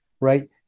right